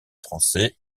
français